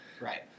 Right